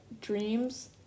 dreams